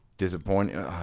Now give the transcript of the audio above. Disappointing